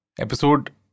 episode